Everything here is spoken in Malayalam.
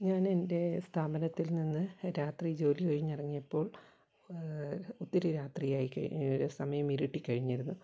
ഞാനെൻ്റെ സ്ഥാപനത്തിൽ നിന്ന് രാത്രി ജോലി കഴിഞ്ഞിറങ്ങിയപ്പോൾ ഒത്തിരി രാത്രി ആയിക്കഴിഞ്ഞ് സമയം ഇരുട്ടി കഴിഞ്ഞിരുന്നു